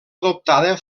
adoptada